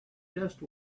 just